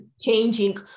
changing